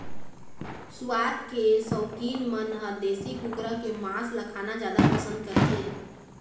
सुवाद के सउकीन मन ह देशी कुकरा के मांस ल खाना जादा पसंद करथे